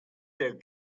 their